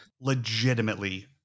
legitimately